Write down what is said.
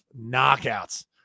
knockouts